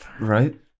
Right